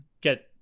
get –